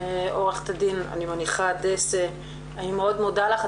עו"ד דסה, אני מאוד מודה לך.